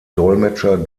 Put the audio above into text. dolmetscher